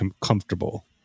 comfortable